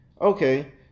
okay